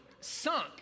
sunk